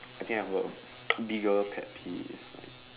I think I've got a bigger pet peeve like